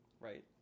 Right